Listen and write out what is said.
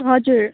हजुर